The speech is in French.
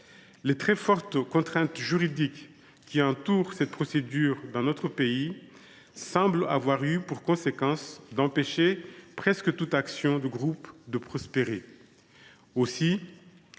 Les très fortes contraintes juridiques qui entourent cette procédure dans notre pays semblent avoir eu pour conséquence d’empêcher toute action de groupe, ou presque, de prospérer. Aussi,